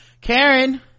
karen